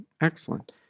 Excellent